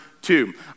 two